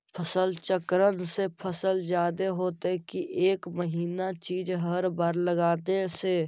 फसल चक्रन से फसल जादे होतै कि एक महिना चिज़ हर बार लगाने से?